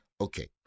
Okay